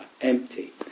Empty